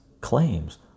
claims